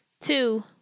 Two